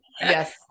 Yes